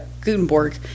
Gutenberg